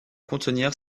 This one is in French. contenir